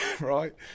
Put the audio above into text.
right